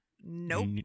Nope